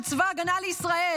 של צבא ההגנה לישראל,